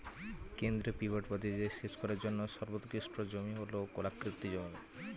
কেন্দ্রীয় পিভট পদ্ধতিতে সেচ করার জন্য সর্বোৎকৃষ্ট জমি হল গোলাকৃতি জমি